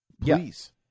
please